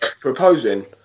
proposing